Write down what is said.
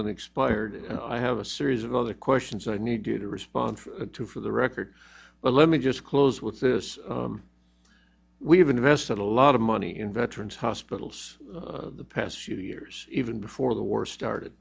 than expired and i have a series of other questions that i need to respond to for the record but let me just close with this we have invested a lot of money in veterans hospitals in the past few years even before the war started